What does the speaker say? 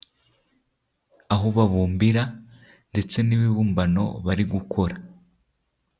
Aho babumbira ndetse n'ibibumbano bari gukora.